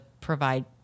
provide